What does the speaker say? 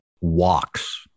walks